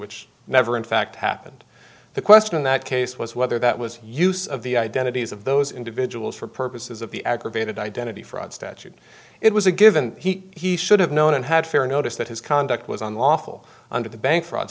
which never in fact happened the question in that case was whether that was use of the identities of those individuals for purposes of the aggravated identity fraud statute it was a given he should have known and had fair notice that his conduct was unlawful under the bank fraud